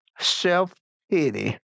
Self-pity